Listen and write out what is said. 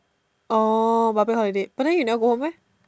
orh public holiday but then you never go home meh